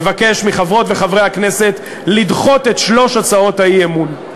אבקש מחברות וחברי הכנסת לדחות את שלוש הצעות האי-אמון.